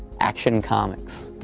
action comics.